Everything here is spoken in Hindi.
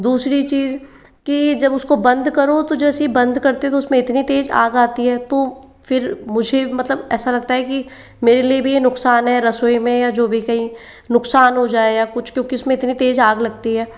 दूसरी चीज़ कि जब उसको बंद करो तो जैसे ही बंद करते हैं तो उसमें इतनी तेज आग आती है तो फिर मुझे मतलब ऐसा लगता है कि मेरे लिए भी ये नुकसान है रसोई में या जो भी कहीं नुकसान हो जाये या कुछ क्योंकि उसमें इतनी तेज आग लगती है